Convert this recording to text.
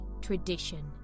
tradition